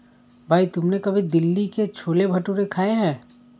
भाई तुमने कभी दिल्ली के छोले भटूरे खाए हैं?